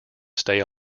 stay